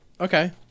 Okay